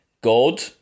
God